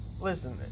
Listen